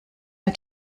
ein